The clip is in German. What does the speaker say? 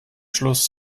schluss